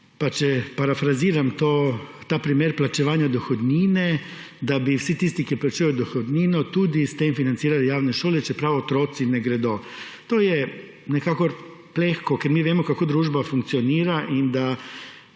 če parafraziram ta primer plačevanja dohodnine, da bi vsi tisti, ki plačujejo dohodnino, tudi s tem financirali javne šole, čeprav jih otroci ne obiskujejo. To je nekako plehko, ker mi vemo, kako družba funkcionira.